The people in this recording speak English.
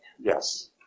Yes